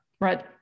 right